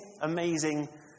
amazing